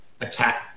attack